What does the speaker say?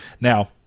now